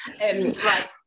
Right